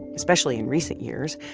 especially in recent years.